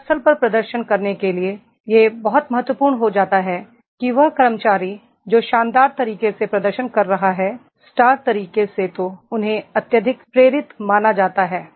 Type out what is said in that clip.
कार्यस्थल पर प्रदर्शन करने के लिए यह बहुत महत्वपूर्ण हो जाता है कि वह कर्मचारी जो शानदार तरीके से प्रदर्शन कर रहे हैं स्टार तरीके से तो उन्हें अत्यधिक प्रेरित माना जाता है